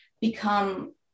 become